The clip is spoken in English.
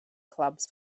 clubs